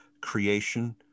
creation